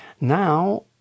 Now